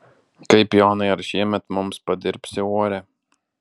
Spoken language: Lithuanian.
kaip jonai ar šiemet mums padirbsi uorę